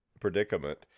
predicament